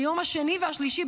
ביום השני וביום השלישי,